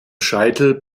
scheitel